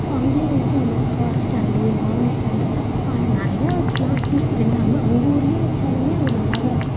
இப்போ அங்கையும் வந்துட்டு இந்த மாதிரி கார் ஸ்டாண்டு ஆம்னி ஸ்டாண்டு நிறையா வைக்கவேணாம் அட்லீஸ்ட் ரெண்டு அந்த அவங்க ஊர்லையே வெச்சாலுமே அது நல்லாதான் இருக்கும்